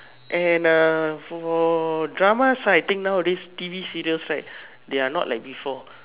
and uh for dramas right I think nowadays T_V serial right they are not like before